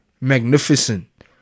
magnificent